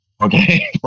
Okay